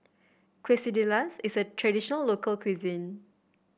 quesadillas is a traditional local cuisine